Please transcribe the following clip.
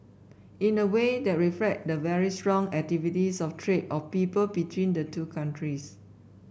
in a way that reflect the very strong activities of trade of people between the two countries